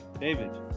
David